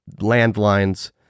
landlines